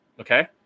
okay